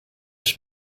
ich